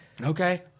Okay